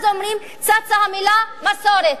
אז צצה המלה "מסורת".